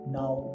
now